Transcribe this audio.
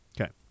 Okay